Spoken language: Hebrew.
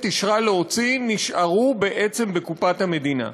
אישרה להוציא נשארו בעצם בקופת המדינה.